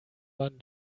man